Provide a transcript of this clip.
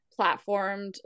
platformed